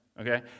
okay